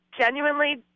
Genuinely